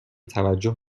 توجه